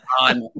on